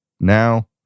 Now